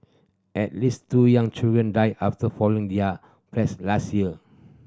at least two young children died after falling their flats last year